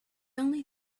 only